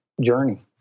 journey